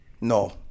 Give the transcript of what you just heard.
No